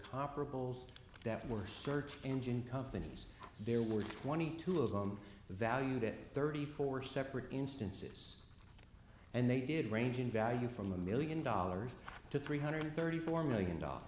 comparables that more search engine companies there were twenty two of them valued it thirty four separate instances and they did range in value from a million dollars to three hundred thirty four million dollars